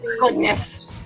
goodness